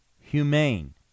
humane